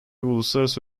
uluslararası